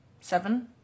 seven